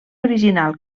original